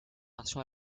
versions